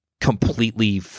completely